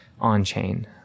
on-chain